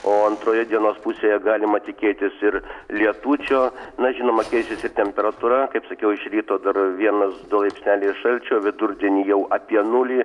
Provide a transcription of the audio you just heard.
o antroje dienos pusėje galima tikėtis ir lietučio na žinoma keičiaisi temperatūra kaip sakiau iš ryto dar vienas laipsnelis šalčio vidurdienį jau apie nulį